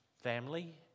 Family